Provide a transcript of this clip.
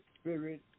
Spirit